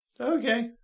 Okay